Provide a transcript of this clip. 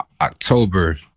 October